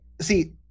see